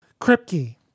Kripke